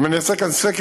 אם אני אעשה כאן סקר,